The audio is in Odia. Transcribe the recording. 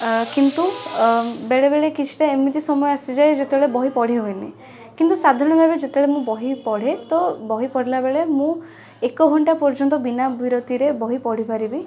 ଏ କିନ୍ତୁ ବେଳେବେଳେ କିଛିଟା ଏମିତି ସମୟ ଆସିଯାଏ ଯେତେବେଳେ ବହି ପଢ଼ିହୁଏନି କିନ୍ତୁ ସାଧାରଣ ଭାବେ ଯେତେବେଳେ ମୁଁ ବହି ପଢ଼େ ତ ବହି ପଢ଼ିଢ଼ିଲାବେଳେ ମୁଁ ଏକଘଣ୍ଟା ପର୍ଯ୍ୟନ୍ତ ବିନା ବିରତିରେ ବହିପଢ଼ିପାରିବି